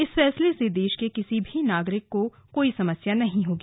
इस फैसले से देश के किसी भी नागरिक को कोई समस्या नहीं होगी